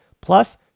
Plus